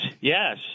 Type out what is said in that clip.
Yes